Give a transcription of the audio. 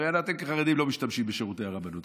הרי אתם כחרדים לא משתמשים בשירותי הרבנות,